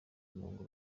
umuhungu